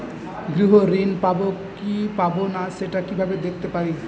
গৃহ ঋণ পাবো কি পাবো না সেটা কিভাবে দেখতে পারি?